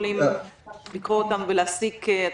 יכולים לקרוא אותם ולהסיק...